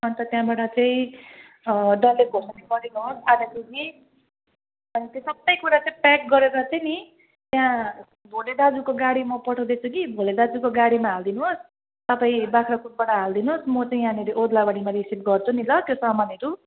अन्त त्यहाँबाट चाहिँ डल्ले खोर्सानी गरिदिनुहोस् आधा केजी अनि त्यो सबै कुरा चाहिँ प्याक गरेर चाहिँ नि त्यहाँ भोले दाजुको गाडी म पठाउँदैछु कि भोले दाजुको गाडीमा हालिदिनुहोस् तपाईँ बाग्राकोटबाट हालिदिनुहोस् म चाहिँ यहाँनेरी ओद्लाबारीमा रिसिभ गर्छु नि ल त्यो सामानहरू